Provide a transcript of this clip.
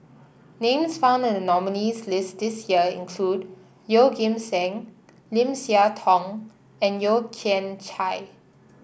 names found in the nominees' list this year include Yeoh Ghim Seng Lim Siah Tong and Yeo Kian Chai